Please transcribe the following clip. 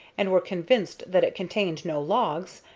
and were convinced that it contained no logs,